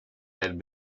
had